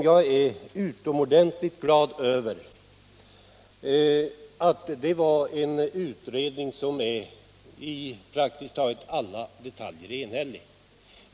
Jag är utomordentligt glad över att den utredningen i praktiskt taget alla detaljer är enhällig.